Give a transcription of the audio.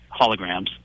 holograms